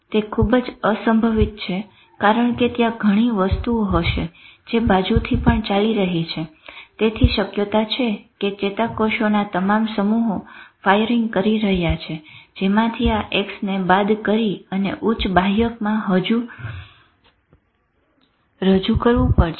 તે ખુબ જ અસંભવિત છે કારણ કે ત્યાં ઘણી વસ્તુઓ હશે જે બાજુથી પણ ચાલી રહી છે તેથી શક્યતા છે કે ચેતાકોષોના તમામ સમૂહો ફાયરીંગ કરી રહ્યા છે જેમાંથી આ X ને બાદ કરી અને ઉચ્ચ બાહ્યકમાં રજુ કરવું પડશે